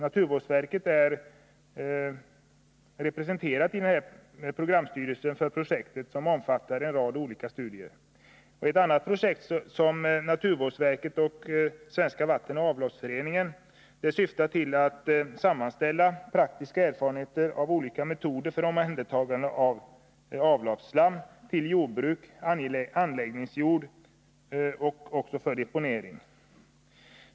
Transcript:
Naturvårdsverket är representerat i programstyrelsen för projektet, som omfattar en rad olika studier. Ett annat projekt som naturvårdsverket och Svenska vatteno. avloppsverksföreningen håller på med syftar till att sammanställa praktiska erfarenheter av olika metoder för omhändertagande av avloppsslam för jordbruk och anläggningsjord liksom för deponering.